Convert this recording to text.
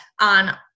on